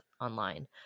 online